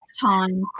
time